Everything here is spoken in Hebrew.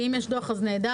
ואם יש דוח, אז נהדר.